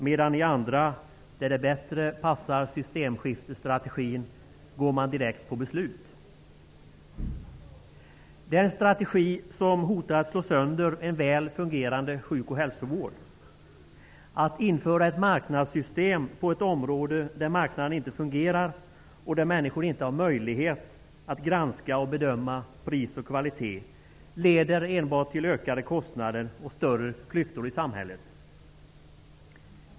Beträffande andra motionsyrkanden, som bättre passar systemskiftesstrategin, går man däremot direkt på beslut. Det är en strategi som hotar att slå sönder en väl fungerande hälso och sjukvård. Att införa ett marknadssystem på ett område där marknaden inte fungerar och där människor inte har möjlighet att granska och bedöma pris och kvalitet leder enbart till ökade kostnader och större klyftor i samhället.